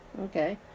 Okay